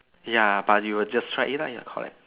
ya but you will just try it lah ya correct